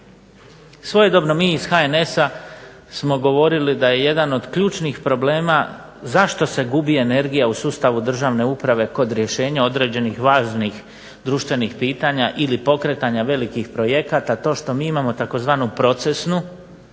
Svojedobno mi iz HNS-a smo govorili da je jedan od ključnih problema zašto se gubi energija u sustavu državne uprave kod rješenja određenih važnih društvenih pitanja ili pokretanja velikih projekata to što mi imamo tzv. procesnu,